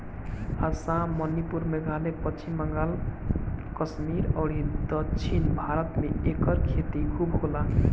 आसाम, मणिपुर, मेघालय, पश्चिम बंगाल, कश्मीर अउरी दक्षिण भारत में एकर खेती खूब होला